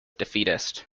defeatist